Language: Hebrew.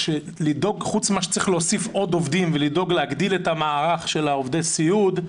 חוץ מזה שצריך להוסיף עוד עובדים ולדאוג להגדיל את מערך עובדי הסיעוד,